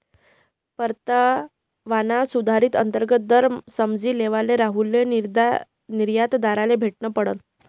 परतावाना सुधारित अंतर्गत दर समझी लेवाले राहुलले निर्यातदारले भेटनं पडनं